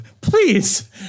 Please